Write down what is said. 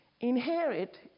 Inherit